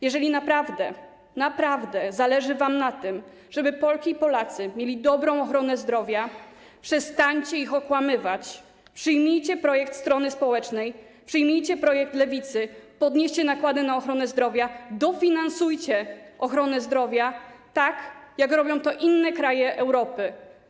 Jeżeli naprawdę zależy wam na tym, żeby Polki i Polacy mieli dobrą ochronę zdrowia, przestańcie ich okłamywać, przyjmijcie projekt strony społecznej, przyjmijcie projekt Lewicy, podnieście nakłady na ochronę zdrowia, dofinansujcie ochronę zdrowia, tak jak robią to inne kraje Europy.